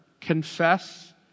confess